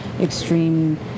extreme